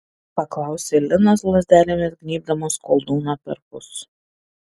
paklausė linas lazdelėmis gnybdamas koldūną perpus